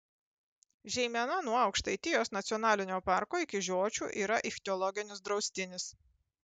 žeimena nuo aukštaitijos nacionalinio parko iki žiočių yra ichtiologinis draustinis